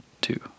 two